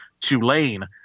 Tulane